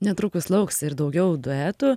netrukus lauks ir daugiau duetų